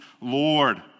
Lord